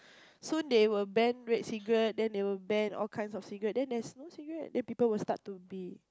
so they will ban red cigarette then they will ban all kind of cigarette then there's no cigarette then people will start to be